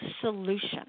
solution